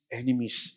enemies